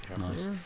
Nice